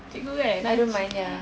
cikgu kan ach~